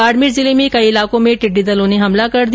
बाडमेर जिले में कई इलाकों में टिड्डी दल ने हमला कर दिया